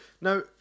Now